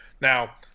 Now